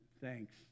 thanks